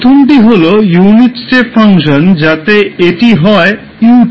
প্রথমটি হল unit step function যাতে এটি হয় 𝑢 𝑡